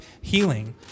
healing